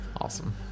Awesome